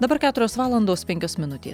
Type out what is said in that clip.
dabar keturios valandos penkios minutės